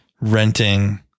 renting